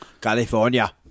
California